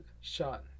shot